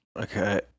Okay